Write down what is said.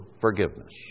forgiveness